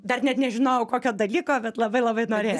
dar net nežinojau kokio dalyko bet labai labai norėjo